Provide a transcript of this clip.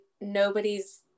nobody's